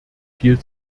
viel